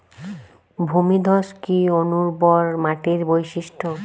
ভূমিধস কি অনুর্বর মাটির বৈশিষ্ট্য?